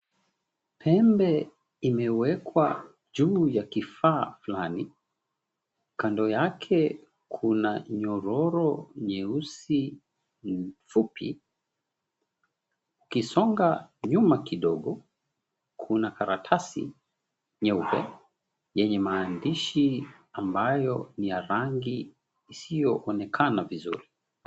Pembe imewekwa juu ya kifaa flani. Kando yake kuna nyororo nyeusi fupi. ukisonga nyuma kidogo, kuna karatasi nyeupe yenye maandishi ambayo ni ya rangi isiyoonekana vizuri.